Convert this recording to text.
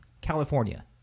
California